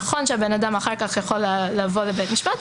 נכון שהבן אדם יכול לבוא אחר כך לבית משפט,